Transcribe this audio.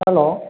hello